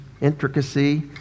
intricacy